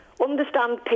Understand